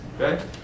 Okay